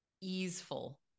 easeful